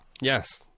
Yes